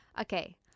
Okay